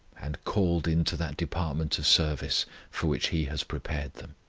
and called into that department of service for which he has prepared them.